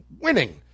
winning